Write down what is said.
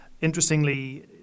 Interestingly